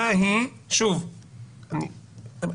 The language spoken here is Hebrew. נכון.